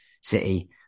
City